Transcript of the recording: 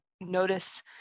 notice